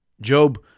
Job